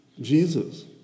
Jesus